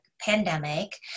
pandemic